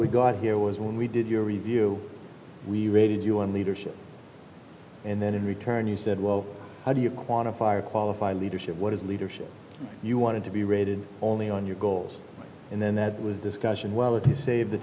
we got here was when we did your review we rated you on leadership and then in return you said well how do you quantify or qualify leadership what is leadership you wanted to be rated only on your goals and then that was discussion well if you save the